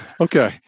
Okay